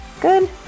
good